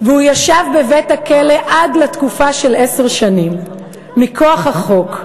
והוא ישב בבית-הכלא עד לתקופה של עשר שנים מכוח החוק.